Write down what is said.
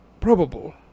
probable